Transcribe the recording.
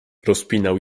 rozpinał